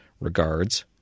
Regards